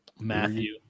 Matthew